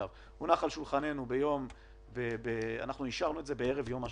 אנחנו אישרנו את זה בערב יום השואה.